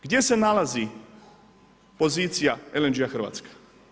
Gdje se nalazi pozicija LNG-a Hrvatska?